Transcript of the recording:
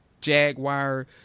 jaguar